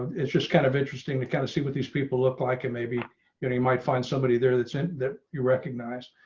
it's just kind of interesting to kind of see what these people look like and maybe getting might find somebody there that's in that you recognize.